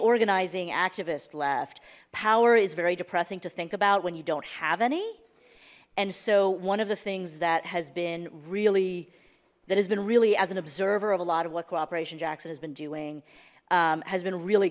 organizing activists left power is very depressing to think about when you don't have any and so one of the things that has been really that has been really as an observer of a lot of what cooperation jackson has been doing has been really